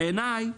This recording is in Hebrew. בעיניי,